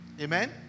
Amen